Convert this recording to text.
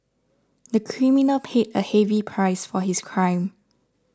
the criminal paid a heavy price for his crime